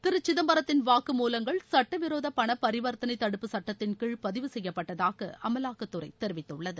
திரு சிதம்பரத்தின் வாக்கு மூலங்கள் சட்ட விரோத பண பரிவர்த்தனை தடுப்பு சுட்டத்தின் கீழ் பதிவு செய்யப்பட்டதாக அமலாக்கத்துறை தெரிவித்துள்ளது